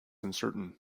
uncertain